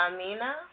Amina